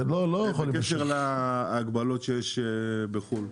זה בקשר להגבלות שיש בחו"ל,